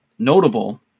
Notable